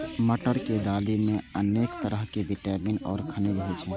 मटर के दालि मे अनेक तरहक विटामिन आ खनिज होइ छै